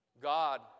God